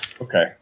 Okay